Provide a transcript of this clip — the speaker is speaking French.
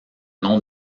nom